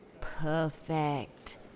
Perfect